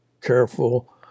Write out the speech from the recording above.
careful